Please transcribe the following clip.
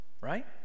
right